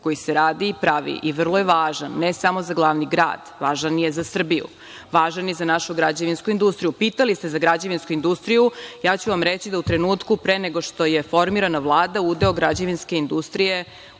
koji se radi i pravi i vrlo je važan, ne samo za glavni grad, važan je za Srbiju, važan je i za našu građevinsku industriju. Pitali ste za građevinsku industriju, reći ću vam da u trenutku pre nego što je formirana Vlada udeo građevinske industrije